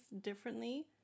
differently